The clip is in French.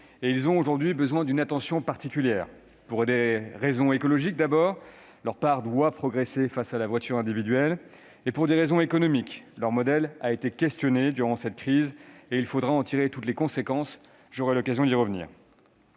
ont besoin aujourd'hui d'une attention particulière. Pour des raisons écologiques : leur part doit progresser face à la voiture individuelle. Pour des raisons économiques : leur modèle a été remis en question durant cette crise, et il faudra en tirer toutes les conséquences ; j'aurai l'occasion d'y revenir.